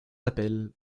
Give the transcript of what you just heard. appel